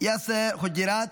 יאסר חוג'יראת,